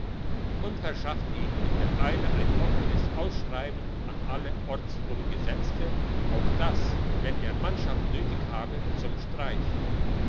und verschaffte ihm in der eile ein offenes ausschreiben an alle ortsvorgesetzte auf dass wenn er mannschaft nötig habe zum streif